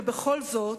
ובכל זאת,